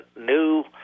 new